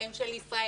הם של ישראל.